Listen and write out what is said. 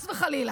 חס וחלילה.